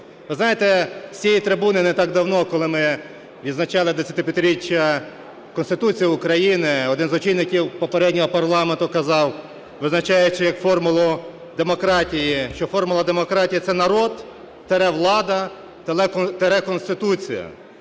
Ви знаєте, з цієї трибуни не так давно, коли ми відзначали 25-річчя Конституції України, один з очільників попереднього парламенту казав, визначаючи як формулу демократії, що формула демократії – це народ – влада - Конституція.